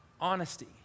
Honesty